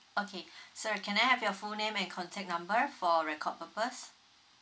okay sir I can I have your full name and contact number for record purpose